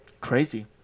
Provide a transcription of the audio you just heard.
crazy